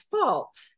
fault